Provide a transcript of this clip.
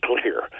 clear